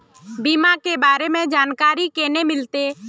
बीमा के बारे में जानकारी केना मिलते?